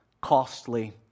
costly